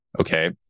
okay